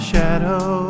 Shadow